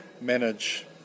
manage